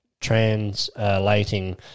translating